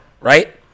right